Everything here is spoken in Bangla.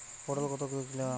পটল কত করে কিলোগ্রাম?